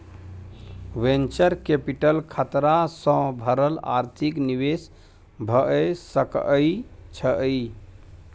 venture capital खतरा सँ भरल आर्थिक निवेश भए सकइ छइ